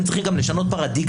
אבל אתם צריכים גם לשנות פרדיגמה.